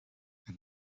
and